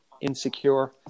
insecure